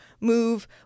move